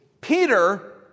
Peter